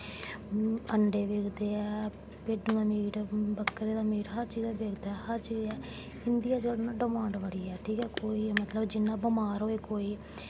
अंडे बिकदे ऐ भिड्डूएं दा मीट बक्करे दा मीट हर चीज दा बिकदा ऐ इं'दी डमांड़ बड़ी ऐ ठीक ऐ कोई मतलब जि'यां बमार होए कोई